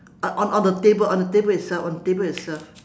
uh on on the table on the table itself on the table itself